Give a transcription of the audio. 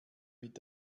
mit